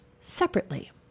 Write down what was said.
separately